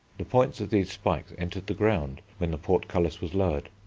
the points of these spikes entered the ground when the portcullis was lowered.